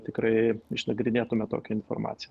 tikrai išnagrinėtume tokią informaciją